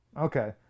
Okay